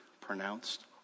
pronounced